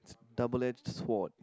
double edged sword